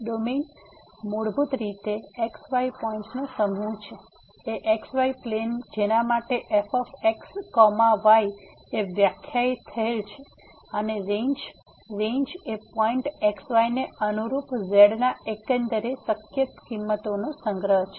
domain મૂળભૂત રીતે x yપોઇન્ટ્સનો સમૂહ છે એ x y પ્લેન જેના માટે f x y એ વ્યાખ્યાયિત થયેલ છે અને રેંજ રેંજ એ પોઈન્ટxy ને અનુરૂપ z ના એકંદરે શક્ય કિંમતોનો સંગ્રહ છે